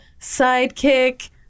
sidekick